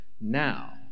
now